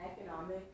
economic